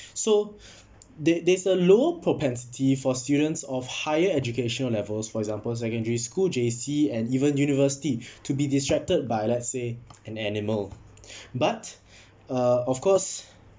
so there there's a lower propensity for students of higher educational levels for example secondary school J_C and even university to be distracted by let's say an animal but uh of course